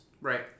Right